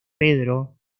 pedro